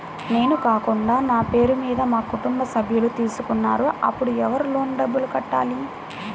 నేను కాకుండా నా పేరు మీద మా కుటుంబ సభ్యులు తీసుకున్నారు అప్పుడు ఎవరు లోన్ డబ్బులు కట్టాలి?